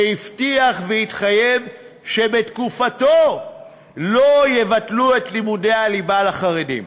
שהבטיח והתחייב שבתקופתו לא יבטלו את לימודי הליבה לחרדים,